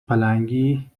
پلنگی